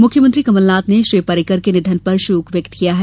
मुख्यमंत्रो कमलनाथ ने श्री पर्रिकर के निधन पर शोक व्यक्त किया है